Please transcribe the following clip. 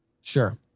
Sure